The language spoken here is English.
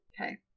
Okay